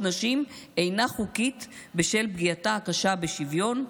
נשים אינה חוקית בשל פגיעתה הקשה בשוויון,